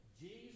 Jesus